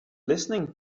listening